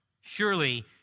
Surely